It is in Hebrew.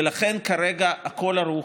ולכן, כרגע הכול ערוך,